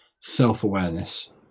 self-awareness